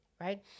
right